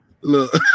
Look